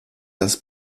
das